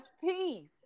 peace